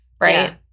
right